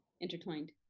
intertwined